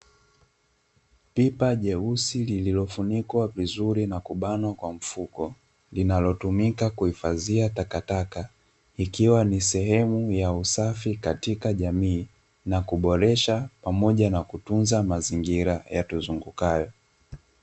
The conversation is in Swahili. Pipa jeusi lililofunikwa vizuri na kubanwa kwa mfuko, linalotumika kuhifadhia takataka. Ikiwa ni sehemu ya usafi katika jamii, na kuboresha pamoja na kutunza mazingira yatuzungukayo.